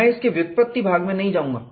मैं इसके व्युत्पत्ति भाग में नहीं जाऊँगा